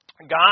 God